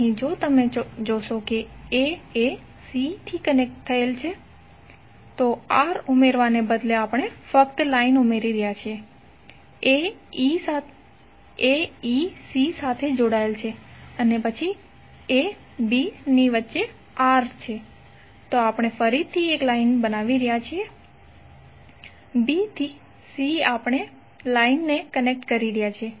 અહીં જો તમે જોશો કે a એ c થી કનેક્ટેડ છે તો R ઉમેરવાને બદલે આપણે ફક્ત લાઈન ઉમેરી રહ્યા છીએ a e c સાથે જોડાયેલ છે પછી a b ની વચ્ચે રેઝિસ્ટર R છે તો આપણે ફરીથી એક લાઈન બનાવી રહ્યા છીએ b થી c આપણે લાઈનને કનેક્ટ કરી રહ્યા છીએ